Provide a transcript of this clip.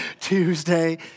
Tuesday